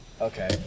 Okay